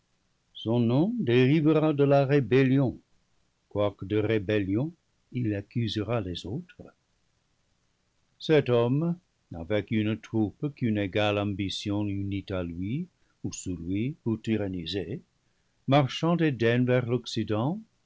son nom dérivera de la rébellion quoique de rébellion il accusera les autres cet homme avec une troupe qu'une égale ambition unit à lui ou sous lui pour tyranniser marchant